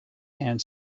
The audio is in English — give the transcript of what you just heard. and